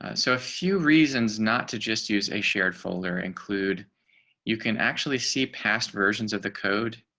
ah so a few reasons not to just use a shared folder include you can actually see past versions of the code.